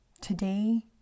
today